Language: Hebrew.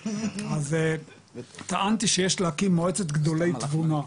אז טענתי שיש להקים מועצת גדולי תבונה.